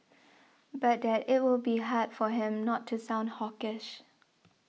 but that it will be hard for him not to sound hawkish